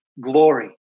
glory